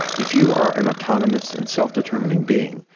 if you are an autonomous and self-determining being,